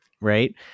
right